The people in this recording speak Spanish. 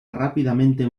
rápidamente